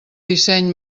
disseny